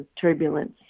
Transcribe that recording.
turbulence